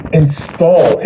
install